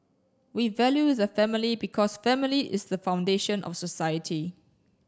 we value the family because family is the foundation of society